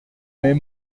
mais